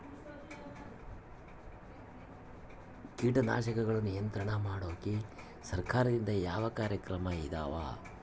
ಕೇಟನಾಶಕಗಳ ನಿಯಂತ್ರಣ ಮಾಡೋಕೆ ಸರಕಾರದಿಂದ ಯಾವ ಕಾರ್ಯಕ್ರಮ ಇದಾವ?